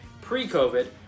pre-covid